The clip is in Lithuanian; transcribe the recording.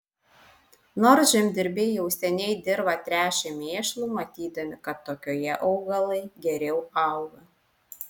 nors žemdirbiai jau seniai dirvą tręšė mėšlu matydami kad tokioje augalai geriau auga